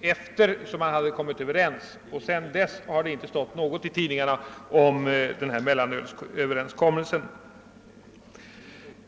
efter den då man hade kommit överens, men sedan dess har det inte stått något om denna mellanölsöverenskommelse.